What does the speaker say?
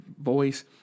voice